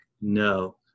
No